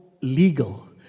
legal